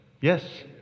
Yes